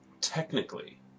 Technically